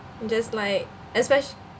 just like especi~